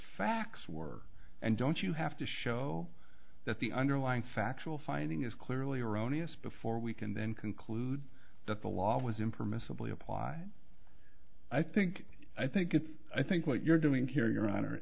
facts were and don't you have to show that the underlying factual finding is clearly erroneous before we can then conclude that the law was impermissibly applied i think i think it's i think what you're doing here you